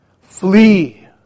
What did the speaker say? Flee